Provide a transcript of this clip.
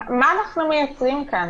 מה אנחנו מייצרים כאן?